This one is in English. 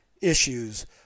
issues